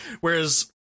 whereas